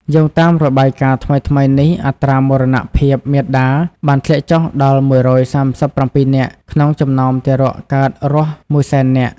យោងតាមរបាយការណ៍ថ្មីៗនេះ អត្រាមរណភាពមាតាបានធ្លាក់ចុះដល់ ១៣៧ នាក់ ក្នុងចំណោមទារកកើតរស់ ១០០,០០០ នាក់។